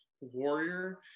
Warrior